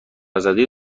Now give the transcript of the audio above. زاده